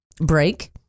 break